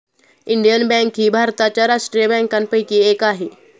Indian bank ही भारताच्या राष्ट्रीय बँकांपैकी एक आहे